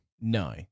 No